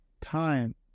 Time